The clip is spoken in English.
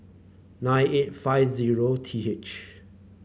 nine eight five zero T H